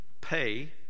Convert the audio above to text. pay